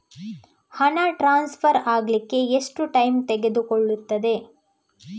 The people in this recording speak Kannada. ಹಣ ಟ್ರಾನ್ಸ್ಫರ್ ಅಗ್ಲಿಕ್ಕೆ ಎಷ್ಟು ಟೈಮ್ ತೆಗೆದುಕೊಳ್ಳುತ್ತದೆ?